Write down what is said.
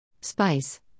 Spice